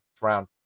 round